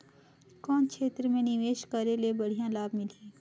कौन क्षेत्र मे निवेश करे ले बढ़िया लाभ मिलही?